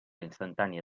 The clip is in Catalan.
instantània